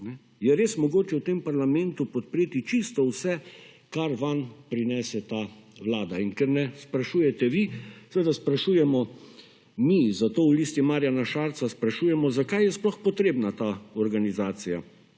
je res mogoče v tem parlamentu podpreti čisto vse, kar vam prinese ta Vlada? In ker ne sprašujete vi seveda sprašujemo mi, zato v Listi Marjana Šarca sprašujemo zakaj je sploh potrebna ta organizacija,